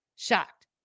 shocked